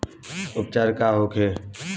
उपचार का होखे?